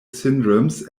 syndromes